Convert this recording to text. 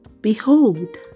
Behold